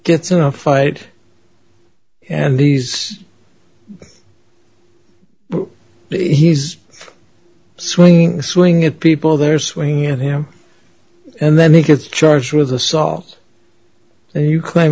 gets in a fight and these he's swinging swing at people they're swinging at him and then he gets charged with assault and you claim